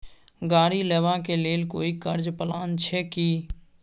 गाड़ी लेबा के लेल कोई कर्ज प्लान छै की?